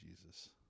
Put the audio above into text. Jesus